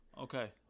Okay